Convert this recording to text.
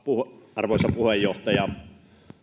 arvoisa puheenjohtaja